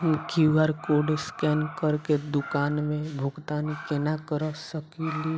हम QR code scan करके दुकान मे भुगतान केना करऽ सकलिये